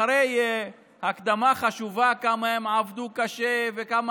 אחרי הקדמה חשובה על כמה הם עבדו קשה וכמה